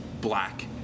black